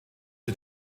sie